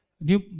New